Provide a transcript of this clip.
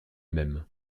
même